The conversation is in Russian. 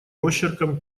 росчерком